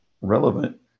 relevant